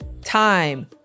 time